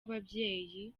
ababyeyi